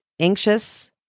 anxious